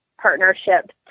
partnership